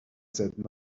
said